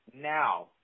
now